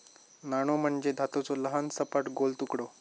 नाणो म्हणजे धातूचो लहान, सपाट, गोल तुकडो